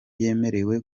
yemerewe